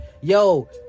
Yo